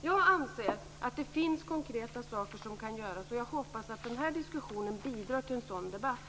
Jag anser att det finns konkreta saker som kan göras, och jag hoppas att den här diskussionen bidrar till en sådan debatt.